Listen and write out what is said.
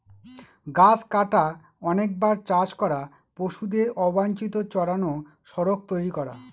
গাছ কাটা, অনেকবার চাষ করা, পশুদের অবাঞ্চিত চড়ানো, সড়ক তৈরী করা